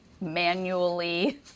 manually